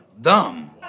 Dumb